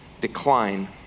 decline